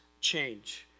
change